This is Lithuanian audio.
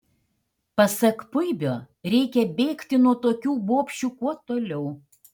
pasak puibio reikia bėgti nuo tokių bobšių kuo toliau